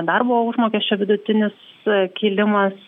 darbo užmokesčio vidutinis kilimas